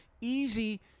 easy